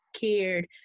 cared